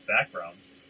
backgrounds